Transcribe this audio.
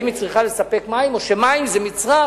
אם היא צריכה לספק מים או שמים זה מצרך